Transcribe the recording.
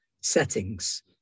settings